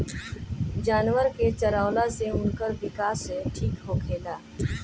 जानवर के चरवला से उनकर विकास ठीक होखेला